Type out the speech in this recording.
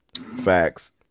facts